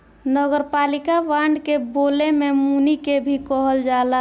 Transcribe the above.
नगरपालिका बांड के बोले में मुनि के भी कहल जाला